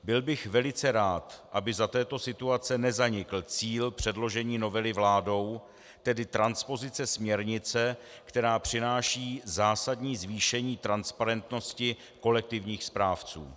Byl bych velice rád, aby za této situace nezanikl cíl předložení novely vládou, tedy transpozice směrnice, která přináší zásadní zvýšení transparentnosti kolektivních správců.